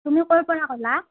তুমি ক'ৰ পৰা ক'লা